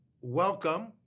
Welcome